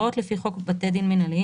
51. ההוראות לפי חוק בתי דין מינהליים,